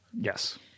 Yes